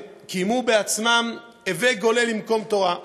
קיימו בעצמם "הֱוֵי גוֹלֶה למקום תורה",